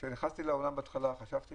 כשנכנסתי לאולם ראיתי את הקסדות,